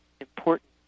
important